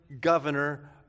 governor